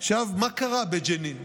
עכשיו, מה קרה בג'נין?